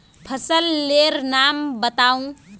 फसल लेर नाम बाताउ?